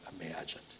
imagined